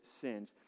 sins